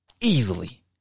Easily